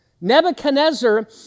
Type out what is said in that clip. nebuchadnezzar